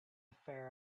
fair